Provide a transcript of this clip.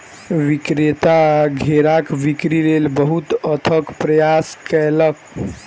विक्रेता घेराक बिक्री लेल बहुत अथक प्रयास कयलक